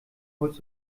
holst